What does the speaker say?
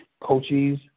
coaches